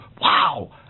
wow